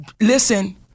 listen